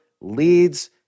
leads